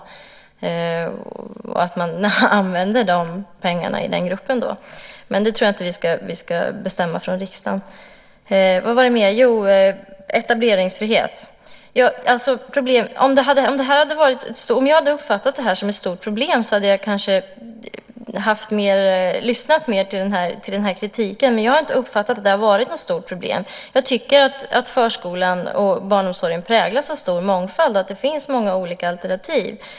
Sedan skulle jag använda pengarna till den gruppen. Men det tror jag inte att vi ska bestämma från riksdagen. Om jag hade uppfattat detta med etableringsfrihet som ett stort problem hade jag kanske lyssnat mer till kritiken. Men jag har inte uppfattat att det har varit något stort problem. Förskolan och barnomsorgen präglas av stor mångfald. Det finns många olika alternativ.